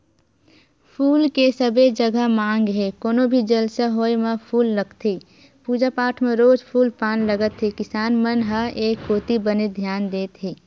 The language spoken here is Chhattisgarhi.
फूल के सबे जघा मांग हे कोनो भी जलसा होय म फूल लगथे पूजा पाठ म रोज फूल पान लगत हे किसान मन ह ए कोती बने धियान देत हे